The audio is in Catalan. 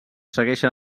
segueixen